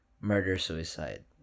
Murder-suicide